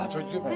are you